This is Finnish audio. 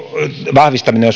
vahvistaminen on